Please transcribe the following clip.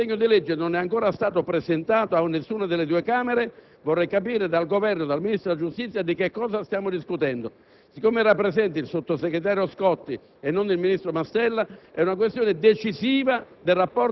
Se il disegno di legge non è ancora stato presentato a nessuna delle due Camere, vorrei capire dal Governo e dal Ministro della giustizia di che cosa stiamo discutendo. Dal momento che era presente il sottosegretario Scotti e non il ministro Mastella, ricordo che si